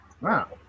Wow